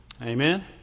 Amen